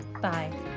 Bye